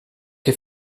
che